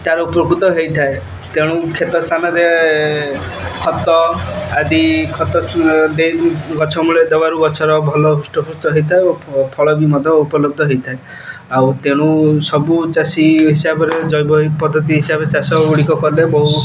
ତାର ଉପକୃତ ହେଇଥାଏ ତେଣୁ କ୍ଷେତ ସ୍ଥାନରେ ଖତ ଆଦି ଖତ ଦେଇ ଗଛମୂଳେ ଦବାରୁ ଗଛର ଭଲ ହୃଷ୍ଟପୃଷ୍ଟ ହେଇଥାଏ ଓ ଫଳ ବି ମଧ୍ୟ ଉପଲବ୍ଧ ହେଇଥାଏ ଆଉ ତେଣୁ ସବୁ ଚାଷୀ ହିସାବରେ ଜୈବ ପଦ୍ଧତି ହିସାବରେ ଚାଷଗୁଡ଼ିକ କଲେ ବହୁ